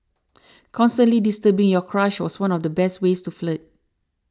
constantly disturbing your crush was one of the best ways to flirt